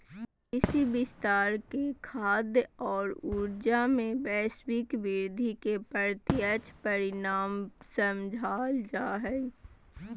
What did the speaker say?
कृषि विस्तार के खाद्य और ऊर्जा, में वैश्विक वृद्धि के प्रत्यक्ष परिणाम समझाल जा हइ